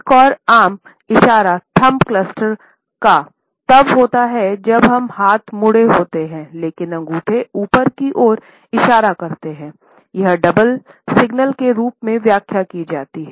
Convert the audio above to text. एक और आम इशारा थंब क्लस्टर का तब होता है जब हाथ मुड़े होते हैं लेकिन अंगूठे ऊपर की ओर इशारा करते हैं यह डबल सिग्नल के रूप में व्याख्या की जाती है